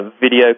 video